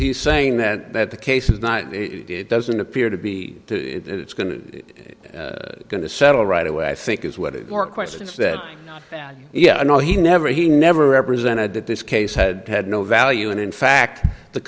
he's saying that the case is not it doesn't appear to be it's going to going to settle right away i think is what it more questions that yeah i know he never he never represented that this case had had no value and in fact the